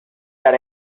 that